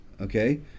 okay